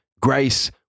Grace